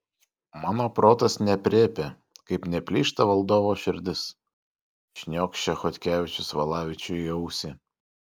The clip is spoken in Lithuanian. mano protas neaprėpia kaip neplyšta valdovo širdis šniokščia chodkevičius valavičiui į ausį